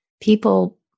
people